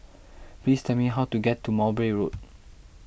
please tell me how to get to Mowbray Road